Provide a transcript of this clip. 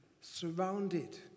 Surrounded